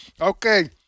Okay